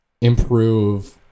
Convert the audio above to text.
improve